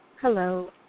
Hello